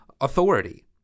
authority